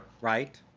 Right